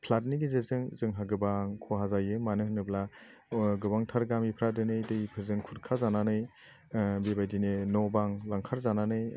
फ्लादनि गेजेरजों जोंहा गोबां खहा जायो मानो होनोब्ला गोबांथार गामिफ्रा दिनै दैजों खुरखाजानानै बेबायदिनो न' बां लांखारजानानै